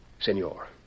Senor